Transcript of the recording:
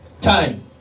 time